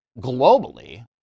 globally